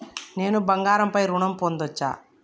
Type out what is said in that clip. నేను బంగారం పై ఋణం పొందచ్చా?